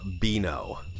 Bino